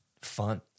fun